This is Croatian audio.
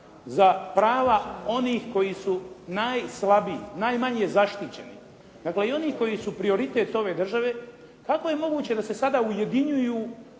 za prava onih koji su najslabiji, najmanje zaštićeni, dakle i onih koji su prioritet ove države, kako je moguće da se sada ujedinjuju